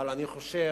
אבל אני חושב